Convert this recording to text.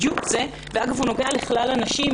בדיוק זה ואגב הוא נוגע לכלל הנשים.